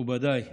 מכובדיי השרים,